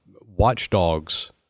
watchdogs